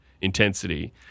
intensity